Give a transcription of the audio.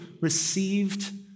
received